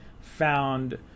Found